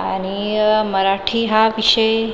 आणि मराठी हा विषय